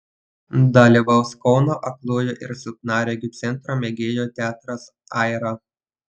dalyvaus kauno aklųjų ir silpnaregių centro mėgėjų teatras aira